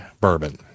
bourbon